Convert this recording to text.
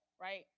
right